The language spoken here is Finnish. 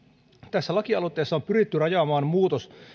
tässä lakialoitteessa on pyritty rajaamaan muutos